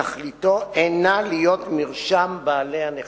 תכליתו אינה להיות מרשם בעלי הנכסים,